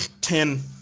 Ten